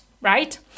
right